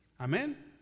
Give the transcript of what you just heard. Amen